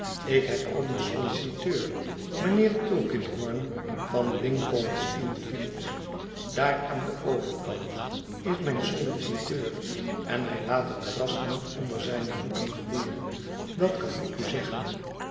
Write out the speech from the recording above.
ik heb al een solliciteur mijnheer tulkinghorn van lincoln's inn fields daar aan den overkant is mijn solliciteur er hij laat het gras niet onder zijne voeten groeien dat kan ik u zeggen